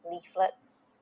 leaflets